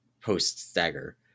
post-Stagger